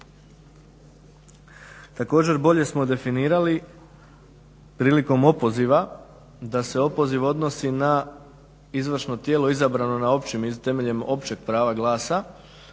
Također bolje smo definirali prilikom opoziva da se opoziv odnosi na izvršno tijelo izabrano na općim, temeljem općeg prava glasa